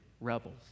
rebels